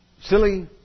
Silly